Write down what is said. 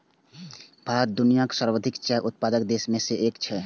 भारत दुनियाक सर्वाधिक चाय उत्पादक देश मे सं एक छियै